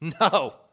No